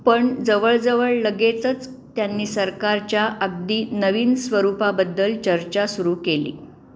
पण जवळजवळ लगेचच त्यांनी सरकारच्या अगदी नवीन स्वरूपाबद्दल चर्चा सुरू केली